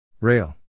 Rail